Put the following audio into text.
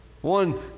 one